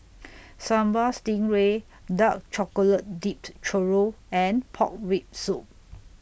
Sambal Stingray Dark Chocolate Dipped Churro and Pork Rib Soup